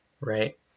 right